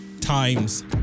times